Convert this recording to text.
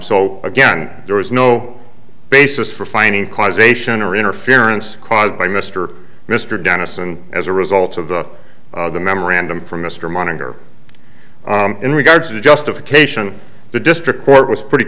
so again there was no basis for finding causation or interference caused by mr mr dennison as a result of the the memorandum from mr monitor in regards to the justification the district court was pretty